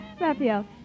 Raphael